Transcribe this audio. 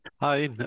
Hi